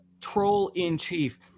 troll-in-chief